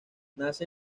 nace